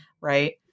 Right